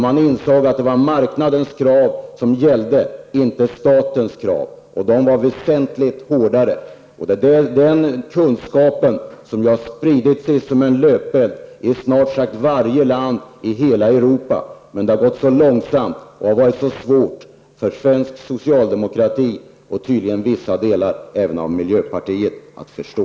Man insåg att det inte var statens krav som gällde, utan marknadens, och de var väsentligt hårdare. Det är den kunskapen som har spritt sig som en löpeld i snart sagt varje land i hela Europa. Men det har gått långsamt och varit svårt för svensk socialdemokrati, och tydligen även för vissa delar av miljöpartiet, att förstå.